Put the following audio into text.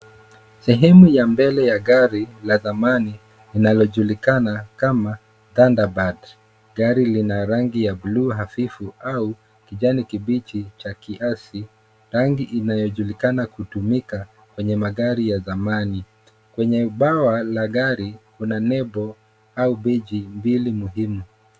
Sehemu ya mbele ya gari la zamani, inalojulikana kama Thunder bird. Gari lina rangi ya blue hafifu au kijani kibichi cha kiasi. Rangi inayojulikana kutumika kwenye magari ya zamani. Kwenye bawa la gari kuna nebo au beji mbili muhimu.